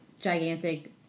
gigantic